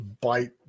bite